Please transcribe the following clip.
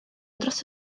dros